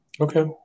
Okay